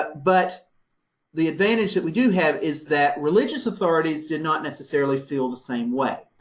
but the advantage that we do have is that religious authorities did not necessarily feel the same way.